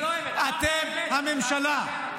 אתם הממשלה.